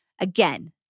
Again